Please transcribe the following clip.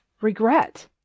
regret